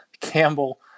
Campbell